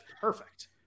perfect